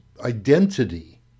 identity